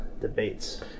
Debates